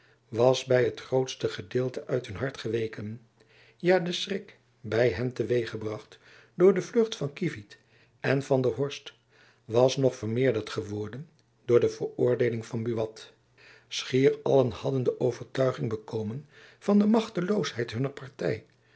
was by het grootste gedeelte uit hun hart geweken ja de schrik by hen te weeg gebracht door de vlucht van kievit en van der horst was nog vermeerderd geworden door de veroordeeling van buat schier allen hadden de overtuiging bekomen van de machteloosheid hunner